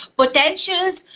potentials